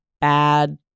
bad